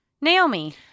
Naomi